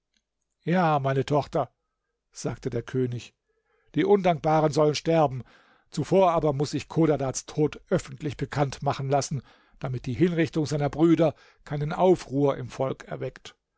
ja meine tochter sagte der könig die undankbaren sollen sterben zuvor aber muß ich chodadads tod öffentlich bekannt machen lassen damit die hinrichtung seiner brüder keinen aufruhr im volk erweckt